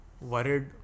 worried